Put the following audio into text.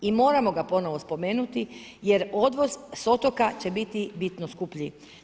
I moramo ga ponovno spomenuti jer odvoz s otoka će biti bitno skuplji.